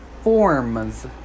forms